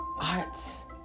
arts